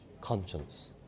conscience